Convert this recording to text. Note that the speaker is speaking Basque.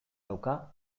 dauka